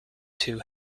two